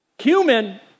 human